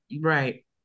right